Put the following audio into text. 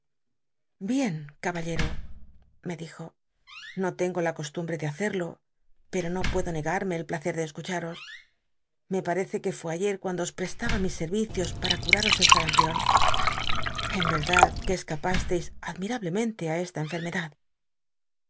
bien caballero me dijo no tengo la costumbre de hacerlo pero no puedo negarme el placer de escuchar'os jlc parecc que fué ayer cuando os j wcsiaba mis scrl'icim pam cma os el sa rnrnpion en erdad que escapasteis admirahlcmenle á esta enfermedad